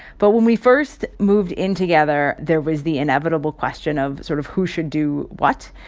but when we first moved in together, there was the inevitable question of sort of who should do what.